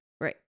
Right